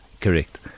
Correct